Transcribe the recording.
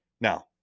Now